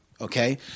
Okay